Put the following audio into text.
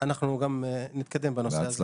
אנחנו גם נתקדם בנושא הזה.